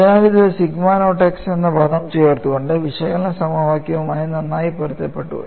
അതിനാൽ ഇത് sigma naught x എന്ന പദം ചേർത്തുകൊണ്ട് വിശകലന സമവാക്യവുമായി നന്നായി പൊരുത്തപ്പെടുന്നു